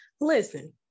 Listen